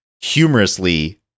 humorously